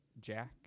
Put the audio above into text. Jack